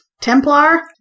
Templar